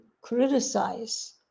criticize